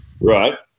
Right